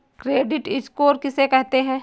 Credit score किसे कहते हैं?